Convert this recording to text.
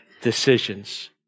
decisions